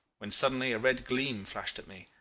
when suddenly a red gleam flashed at me,